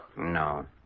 No